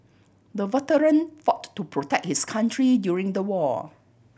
the veteran fought to protect his country during the war